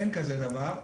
אין כזה דבר.